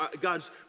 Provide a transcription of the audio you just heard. God's